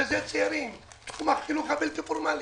מרכזי צעירים, תחום החינוך הבלתי פורמאלי,